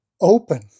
open